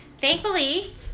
Thankfully